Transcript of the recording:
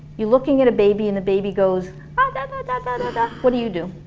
you're looking at a baby and the baby goes ah dadadadada and what do you do?